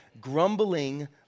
Grumbling